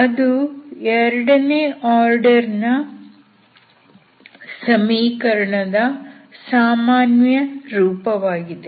ಅದು 2ನೇ ಆರ್ಡರ್ ನ ಸಮೀಕರಣದ ಸಾಮಾನ್ಯ ರೂಪ ವಾಗಿದೆ